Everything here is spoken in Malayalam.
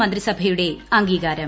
മന്ത്രിസഭയുടെ അംഗീകാരം